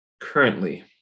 Currently